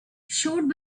showed